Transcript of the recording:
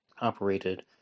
operated